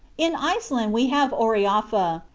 in iceland we have oerafa,